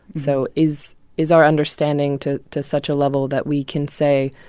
so is is our understanding to to such a level that we can say,